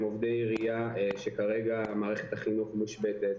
עובדי עירייה כשכרגע מערכת החינוך מושבתת.